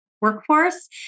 workforce